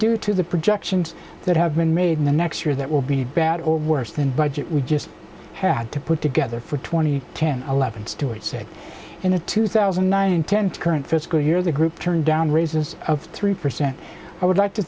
due to the projections that have been made in the next year that will be bad or worse than budget we just had to put together for twenty ten eleven stewart said in the two thousand and nine ten to current fiscal year the group turned down raises of three percent i would like to